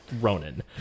Ronan